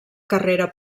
carrera